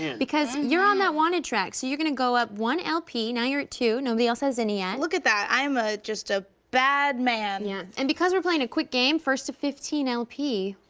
because you're on that wanted track, so you're gonna go up one lp, now you're at two, nobody else has any yet. look at that, i'm ah just a bad man. yeah, and because we're playing a quick game, first to fifteen lp.